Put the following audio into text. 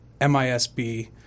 MISB